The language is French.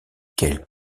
quelle